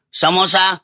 Samosa